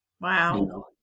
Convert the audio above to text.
Wow